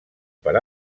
per